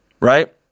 right